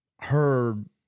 Heard